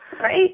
Right